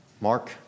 Mark